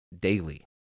daily